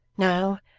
no,